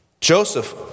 Joseph